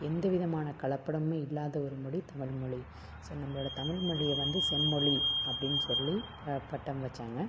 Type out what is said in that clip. எந்த விதமான கலப்படமுமே இல்லாத ஒரு மொழி தமிழ்மொழி ஸோ நம்மளோட தமிழ்மொழியை வந்து செம்மொழி அப்படின் சொல்லி ப பட்டம் வச்சாங்க